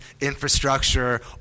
infrastructure